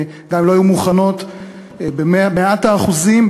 גם אם לא היו במאת האחוזים,